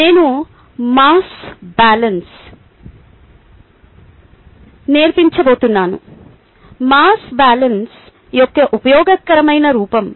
నేను mass balance నేర్పించబోతున్నాను mass balance యొక్క ఉపయోగకరమైన రూపం